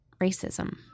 racism